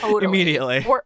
immediately